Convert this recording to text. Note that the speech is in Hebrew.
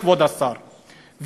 כבוד השר,